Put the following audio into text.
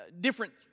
different